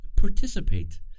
participate